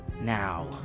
Now